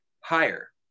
higher